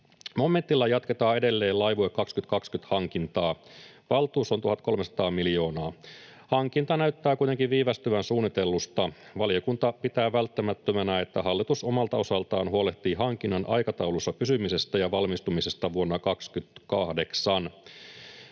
Momentilla jatketaan edelleen Laivue 2020 ‑hankintaa. Valtuus on 1 300 miljoonaa. Hankinta näyttää kuitenkin viivästyvän suunnitellusta. Valiokunta pitää välttämättömänä, että hallitus omalta osaltaan huolehtii hankinnan aikataulussa pysymisestä ja valmistumisesta vuonna 28.